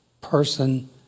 person